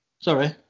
sorry